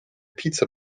pizza